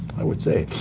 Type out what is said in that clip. i would say.